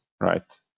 right